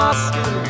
Oscar